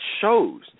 shows